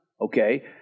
Okay